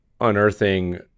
unearthing